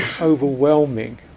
overwhelming